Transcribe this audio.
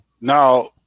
Now